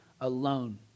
alone